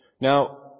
Now